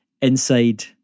inside